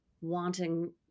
wanting